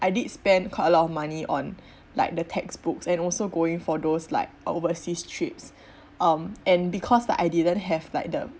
I did spend quite a lot of money on like the textbooks and also going for those like overseas trips um and because like I didn't have like the